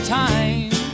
time